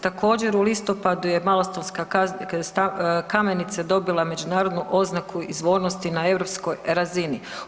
Također u listopadu je Malostonska kamenica dobila međunarodnu oznaku izvornosti na europskoj razini.